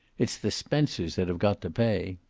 it's the spencers that have got to pay.